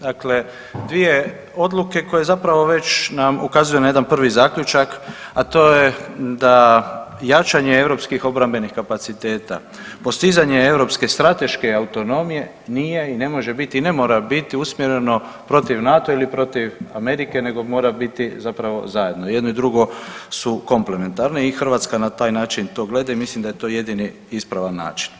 Dakle, dvije odluke koje zapravo već nam ukazuju na jedan prvi zaključak, a to je da jačanje europskih obrambenih kapaciteta, postizanje europske strateške autonomije nije i ne može biti i ne mora biti usmjereno protiv NATO-a ili protiv Amerike, nego mora biti zapravo zajedno, jedno i drugo su komplementarni i Hrvatska na taj način to gleda i mislim da je to jedini ispravan način.